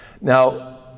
Now